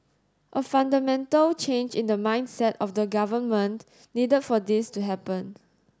a fundamental change in the mindset of the government needed for this to happen